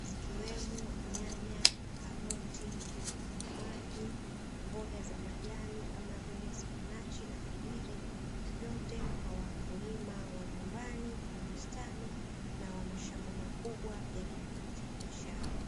zikiwemo: nyanya, karoti, vitunguu maji; mboga za majani kama vile spinachi na figiri. Vyote kwa wakulima wa nyumbani wenye bustani na wa mashamba makubwa ya kilimo cha biashara.